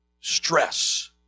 stress